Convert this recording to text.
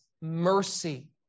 mercy